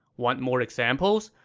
want more examples?